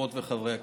חברות וחברי הכנסת,